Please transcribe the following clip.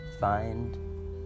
find